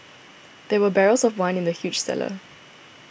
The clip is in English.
there were barrels of wine in the huge cellar